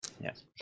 Yes